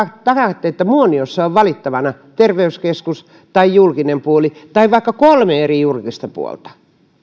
takaatte että muoniossa on valittavana terveyskeskus tai julkinen puoli tai vaikka kolme eri julkista puolta